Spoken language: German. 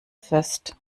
fest